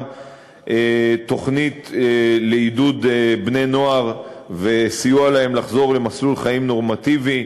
גם תוכנית לעידוד בני-נוער וסיוע להם לחזור למסלול חיים נורמטיבי,